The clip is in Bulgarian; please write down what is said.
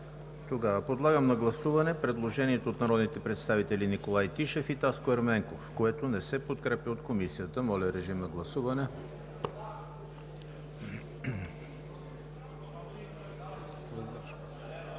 Подлагам на гласуване предложението от народните представители Николай Тишев и Таско Ерменков, което не се подкрепя от Комисията. Гласували